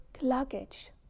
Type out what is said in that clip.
luggage